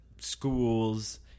schools